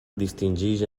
distingeix